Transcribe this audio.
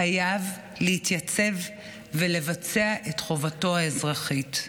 חייב להתייצב ולבצע את חובתו האזרחית.